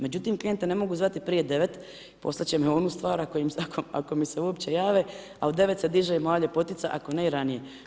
Međutim, klijente ne mogu zvati prije 9, poslati će me u onu stvar ako mi se uopće jave, a u 9 se diže moja ljepotica, ako ne i ranije.